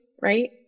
right